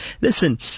listen